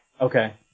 okay